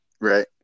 right